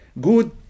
Good